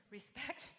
Respect